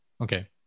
Okay